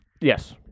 yes